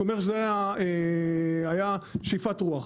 שאומר שזה היה שאיפת רוח,